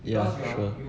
yeah sure